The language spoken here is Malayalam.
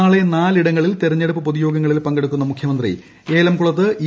നാളെ നാലിടങ്ങളിൽ തെരഞ്ഞെടുപ്പ് പൊതുയോഗങ്ങളിൽ പങ്കെട്ടുക്കുന്ന മുഖ്യമന്ത്രി ഏലംകുളത്ത് ഇ